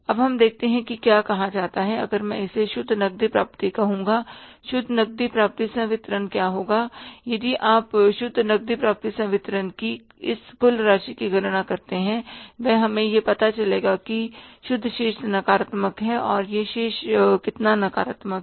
अब हम देखते हैं कि क्या कहा जाता है अगर मैं इसे शुद्ध नकदी प्राप्ति कहूँगा शुद्ध नकदी प्राप्ति संवितरण क्या होगा यदि अब आप शुद्ध नकदी प्राप्ति संवितरण कि इस कुल राशि की गणना करते हैं वह हमें यह पता चलेगा की शुद्ध शेष नकारात्मक है और यह शेष कितना नकारात्मक है